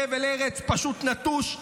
חבל ארץ פשוט נטוש,